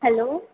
hello